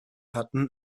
hatten